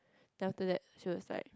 then after that she was like